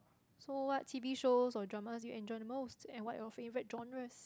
so what T_V shows or dramas you enjoy the most and what are your favourite genres